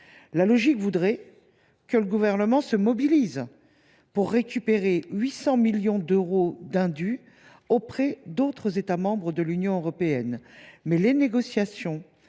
La logique voudrait que le Gouvernement se mobilise pour récupérer 800 millions d’euros d’indus auprès d’autres États membres de l’Union européenne. Les négociations